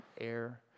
air